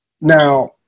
Now